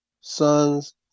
sons